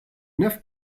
neuf